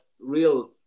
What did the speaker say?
real